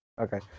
Okay